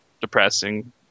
depressing